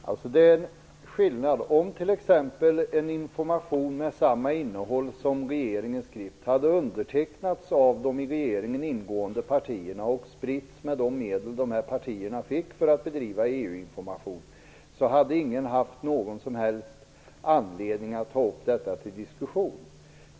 Herr talman! Det finns en skillnad. Om t.ex. en information med samma innehåll som regeringens skrift hade undertecknats av de i regeringen ingående partierna och spritts med de medel dessa partier fick för att bedriva EU-information, hade ingen haft någon som helst anledning att ta upp detta till diskussion.